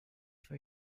for